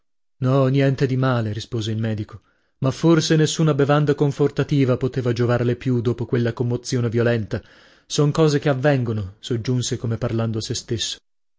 no niente di male rispose il medico ma forse nessuna bevanda confortativa poteva giovarle più dopo quella commozione violenta son cose che avvengono soggiunse come parlando a sè stesso